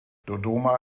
dodoma